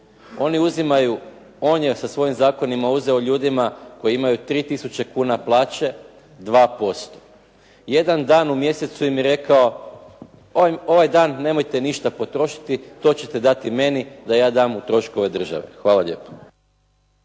On je sa svojim zakonima uzeo ljudima koji imaju 3 tisuće kuna plaće 2%. Jedan dan u mjesecu im je rekao, ovaj dan nemojte ništa potrošiti to ćete dati meni da ja dam u troškove države. Hvala lijepo.